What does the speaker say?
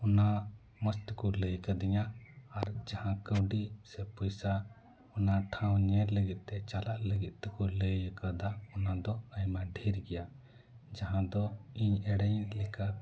ᱚᱱᱟ ᱢᱚᱡᱽ ᱛᱮᱠᱚ ᱞᱟᱹᱭ ᱟᱠᱟᱫᱤᱧᱟ ᱟᱨ ᱡᱟᱦᱟᱸ ᱠᱟᱹᱣᱰᱤ ᱥᱮ ᱯᱚᱭᱥᱟ ᱚᱱᱟ ᱴᱷᱟᱶ ᱧᱮᱞ ᱞᱟᱹᱜᱤᱫ ᱛᱮ ᱪᱟᱞᱟᱜ ᱞᱟᱹᱜᱤᱫ ᱛᱮᱠᱚ ᱞᱟᱹᱭ ᱟᱠᱟᱫᱟ ᱚᱱᱟ ᱫᱚ ᱟᱭᱢᱟ ᱰᱷᱮᱨ ᱜᱮᱭᱟ ᱡᱟᱦᱟᱸ ᱫᱚ ᱤᱧ ᱮᱸᱲᱮᱧ ᱞᱮᱠᱟ